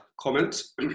comments